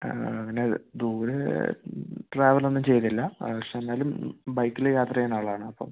ആ അങ്ങനെ ദൂരെ ട്രാവൽ ഒന്നും ചെയ്യുന്നില്ല ഏകദേശം എന്നാലും ബൈക്കിൽ യാത്ര ചെയ്യുന്ന ആളാണ് അപ്പം